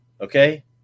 okay